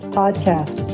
podcast